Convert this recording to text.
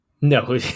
No